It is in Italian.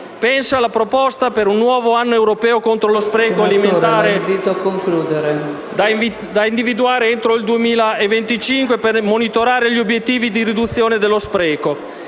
Penso alla proposta per un nuovo anno europeo contro lo spreco alimentare, da individuare entro il 2025, per monitorare gli obiettivi di riduzione dello spreco.